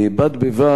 בד בבד,